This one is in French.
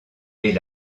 est